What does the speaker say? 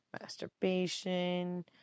masturbation